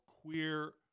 queer